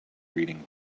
reading